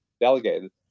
delegated